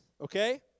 okay